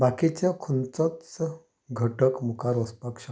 बाकिचो खंयचोच घटक मुखार वचपाक शकना